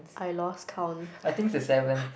I lost count